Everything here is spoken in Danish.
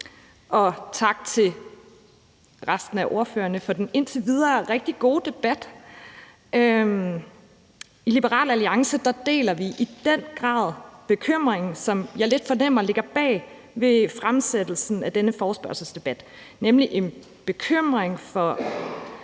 Også tak til resten af ordførerne for den indtil videre rigtig gode debat. I Liberal Alliance deler vi i den grad bekymringen, som jeg lidt fornemmer ligger bag fremsættelsen af denne forespørgsel, nemlig en bekymring for